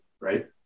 right